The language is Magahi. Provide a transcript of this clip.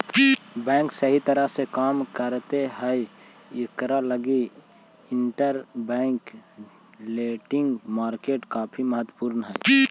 बैंक सही तरह से काम करैत हई इकरा लगी इंटरबैंक लेंडिंग मार्केट काफी महत्वपूर्ण हई